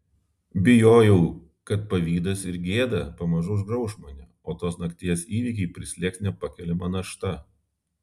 bijojau kad pavydas ir gėda pamažu užgrauš mane o tos nakties įvykiai prislėgs nepakeliama našta